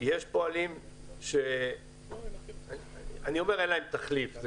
יש פועלים שאני אומר שאין להם תחליף זה